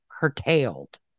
curtailed